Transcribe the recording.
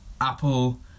apple